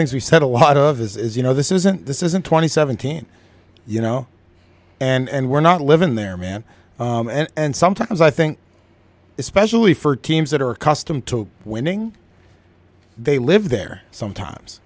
things we said a lot of is you know this isn't this isn't twenty seventeen you know and we're not living there man and sometimes i think especially for teams that are accustomed to winning they live there sometimes